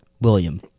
William